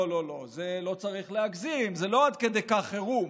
לא לא לא, לא צריך להגזים, זה לא עד כדי כך חירום.